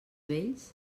vells